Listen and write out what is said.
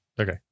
Okay